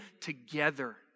together